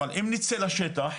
אבל, אם נצא לשטח,